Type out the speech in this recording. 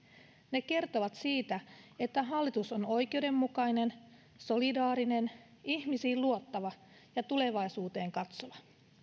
ne kertovat siitä että hallitus on oikeudenmukainen solidaarinen ihmisiin luottava ja tulevaisuuteen katsova